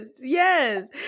yes